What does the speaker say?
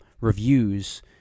reviews